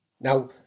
Now